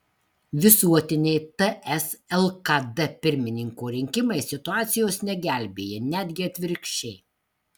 visuotiniai ts lkd pirmininko rinkimai situacijos negelbėja netgi atvirkščiai